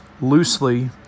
loosely